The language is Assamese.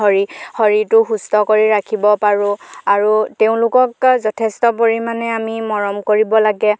শৰীৰ শৰীৰটো সুস্থ কৰি ৰাখিব পাৰোঁ আৰু তেওঁলোকক যথেষ্ট পৰিমাণে আমি মৰম কৰিব লাগে